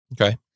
okay